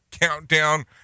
countdown